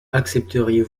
accepteriez